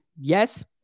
yes